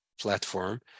platform